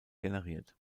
generiert